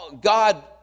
God